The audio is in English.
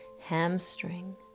hamstring